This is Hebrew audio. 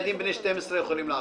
ילדים בני שבע לא יצליחו.